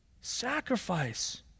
Sacrifice